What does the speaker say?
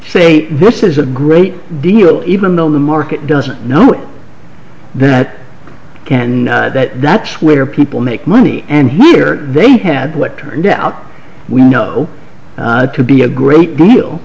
say this is a great deal even though the market doesn't know that you can that that's where people make money and here they had what turned out we know to be a great deal